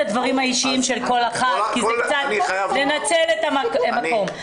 הדברים האישיים של כל אחת ולנצל את המקום.